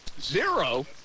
Zero